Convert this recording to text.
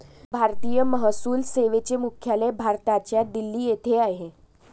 भारतीय महसूल सेवेचे मुख्यालय भारताच्या दिल्ली येथे आहे